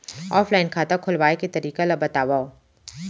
Offline खाता खोलवाय के तरीका ल बतावव?